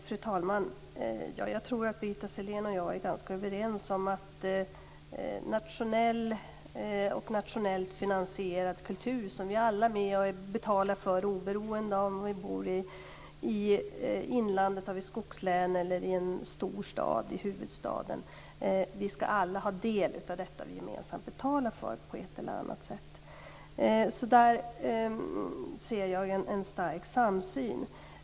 Fru talman! Jag tror att Birgitta Sellén och jag är ganska överens om att vi alla på ett eller annat sätt skall ha del av den nationella och nationellt finansierade kultur som vi alla är med om att betala för, oberoende av om vi bor i inlandet, i ett skogslän eller i en stor stad, t.ex. i huvudstaden. I det avseendet finner jag att vi har en stark samsyn.